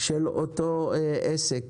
של אותו עסק.